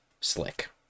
slick